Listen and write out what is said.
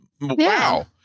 Wow